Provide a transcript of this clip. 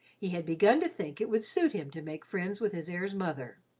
he had begun to think it would suit him to make friends with his heir's mother.